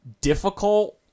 difficult